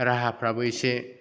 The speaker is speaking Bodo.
राहाफ्राबो एसे